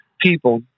people